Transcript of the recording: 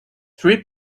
three